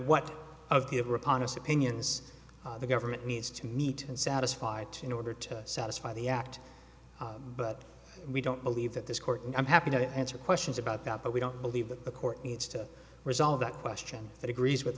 reponse opinions the government needs to meet and satisfied to no order to satisfy the act but we don't believe that this court and i'm happy to answer questions about that but we don't believe that the court needs to resolve that question that agrees with